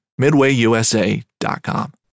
midwayusa.com